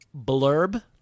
blurb